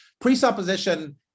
Presupposition